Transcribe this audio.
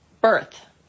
birth